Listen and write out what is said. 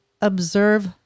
observe